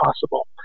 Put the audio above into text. possible